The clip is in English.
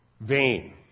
vain